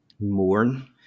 mourn